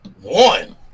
one